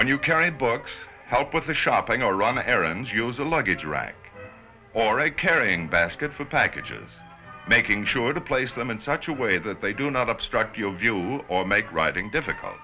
when you carried books help with the shopping or run errands use a luggage rack or a carrying basket for packages making sure to place them in such a way that they do not obstruct your view or make riding difficult